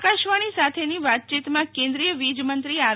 આકાશવાણી સાથેની વાતયીતમાં કેન્દ્રીય વીજ મંત્રી આર